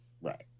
Right